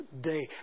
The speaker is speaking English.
day